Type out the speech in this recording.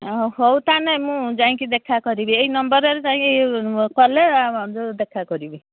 ହଉ ତାହାନେ ମୁଁ ଯାଇଁକି ଦେଖା କରିବି ଏଇ ନମ୍ବର୍ରେ ଯାଇକି କଲେ ଯୋଉ ଦେଖା କରିବି